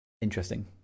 Interesting